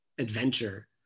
adventure